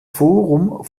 forum